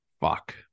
Fuck